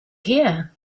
here